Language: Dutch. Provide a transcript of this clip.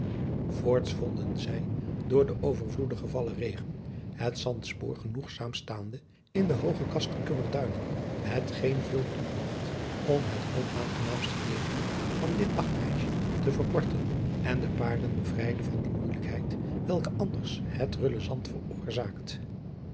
voorts vonden zij door den overvloedig gevallen regen het zandspoor genoegzaam staande in de hooge castricummer duinen hetgeen veel toebragt om het onaangenaamst gedeelte van dit dagreisje te verkorten en de paarden bevrijdde van die moeijelijkheid welke anders het rulle